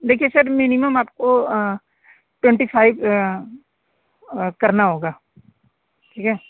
देखिए sir minimum आपको twenty five करना होगा ठीक है